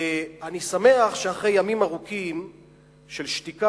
ואני שמח שאחרי ימים ארוכים של שתיקה,